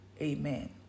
amen